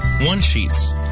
one-sheets